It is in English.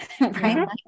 right